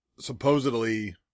supposedly